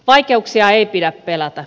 vaikeuksia ei pidä pelätä